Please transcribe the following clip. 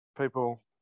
people